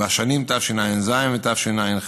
בשנים תשע"ז ותשע"ח.